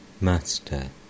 Master